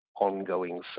ongoing